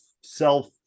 self